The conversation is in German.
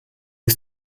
ist